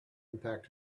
impact